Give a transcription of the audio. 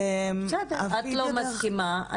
בסדר, את לא מסכימה.